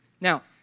now